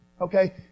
okay